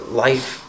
life